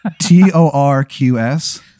T-O-R-Q-S